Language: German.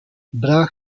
brach